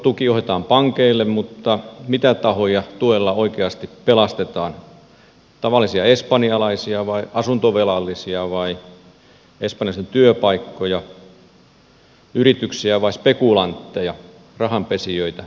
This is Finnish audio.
pankkituki ohjataan pankeille mutta mitä tahoja tuella oikeasti pelastetaan tavallisia espanjalaisia vai asuntovelallisia vai espanjalaisten työpaikkoja yrityksiä vai spekulantteja rahanpesijöitä